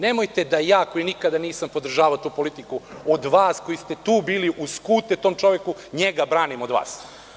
Nemojte da ja, koji nikada nisam podržavao tu politiku, od vas koji ste tu bili, uz skute tom čoveku, njega branim od vas.